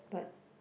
but